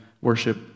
worship